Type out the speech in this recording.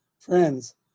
Friends